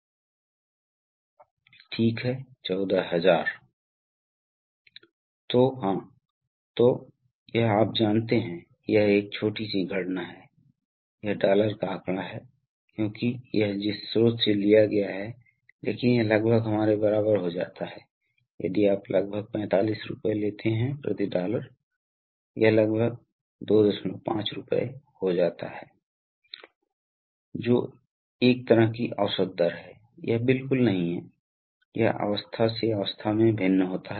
फिर हम दिशा नियंत्रण वाल्वों पर आते हैं ठीक है ये दिशा नियंत्रण वाल्वों के समान हैं जो हमने हाइड्रोलिक्स में अध्ययन किए हैं और यह समय समय पर एयरफ्लो की दिशा को नियंत्रित करता है और बदलता है विभिन्न कार्यात्मक प्रकार हैं जैसा कि हम जानते हैं कि यह दो तरह से हो सकता है यह तीन तरह से हो सकता है यह चार तरह से हो सकता है यहां तक कि यह पांच तरह से हो सकता है फिर विभिन्न स्थान हैं इसलिए यह दो स्थिति हो सकता है या तीन स्थिति वाल्व हो सकता है तो मेरा मतलब है कि उनकी कार्यक्षमता के आधार पर और उनके निर्माण के आधार पर इन दिशा नियंत्रण वाल्वों की विभिन्न श्रेणियां हैं